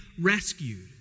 rescued